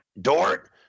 Dort